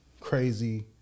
crazy